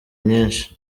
nyinshi